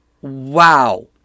Wow